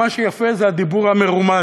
מה שיפה זה הדיבור המרומז,